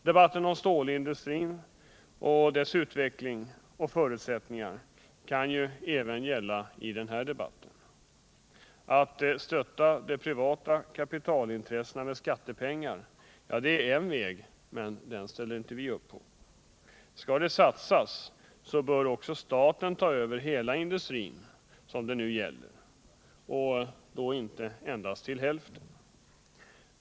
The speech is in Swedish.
Debatten om stålindustrins utveckling och förutsättningar kan gälla även här. Att stötta de privata kapitalintressena med skattepengar är en väg som vi inte ställer upp på. Skall det satsas så bör staten helt ta över den industri det nu gäller och inte bara till hälften.